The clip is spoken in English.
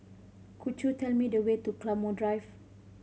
could you tell me the way to Claymore Drive